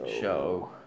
Show